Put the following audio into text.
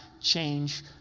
change